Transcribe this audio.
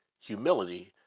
humility